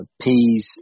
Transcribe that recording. peas